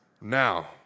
Now